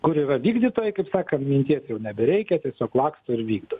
kur yra vykdytojai kaip sakant minties jau nebereikia tiesiog laksto ir vykdo